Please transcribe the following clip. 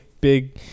big